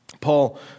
Paul